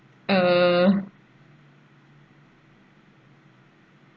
uh